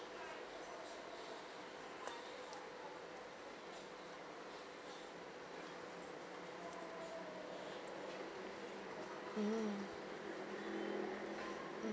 mm